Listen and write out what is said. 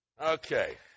Okay